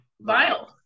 Vile